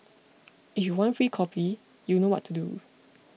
if you want free coffee you know what to do